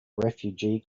refugee